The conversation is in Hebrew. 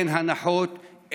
אין הנחות,